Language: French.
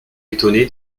étonné